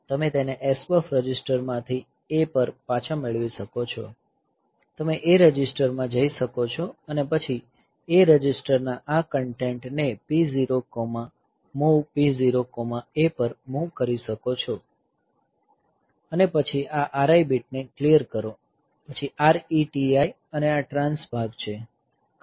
તમે તેને SBUF રજિસ્ટરમાંથી A પર પાછા મેળવી શકો છો તમે A રજિસ્ટરમાં જઈ શકો છો અને પછી A રજિસ્ટરના આ કન્ટેન્ટ ને P0 MOV P0A પર મૂવ કરી શકો છો અને પછી આ RI બીટને ક્લીયર કરો પછી RETI અને આ ટ્રાન્સ ભાગ છે